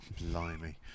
Blimey